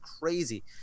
crazy